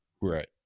Right